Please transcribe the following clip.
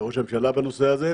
לראש הממשלה בנושא הזה,